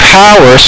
power